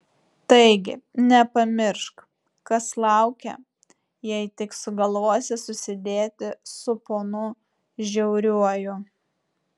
taigi nepamiršk kas laukia jei tik sugalvosi susidėti su ponu žiauriuoju